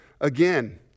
again